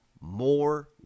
more